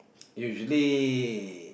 usually